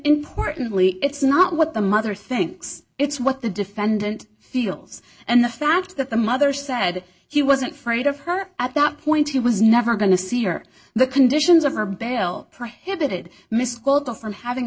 importantly it's not what the mother thinks it's what the defendant feels and the fact that the mother said he wasn't afraid of her at that point he was never going to see her the conditions of her bail prohibited misquote of from having